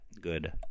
good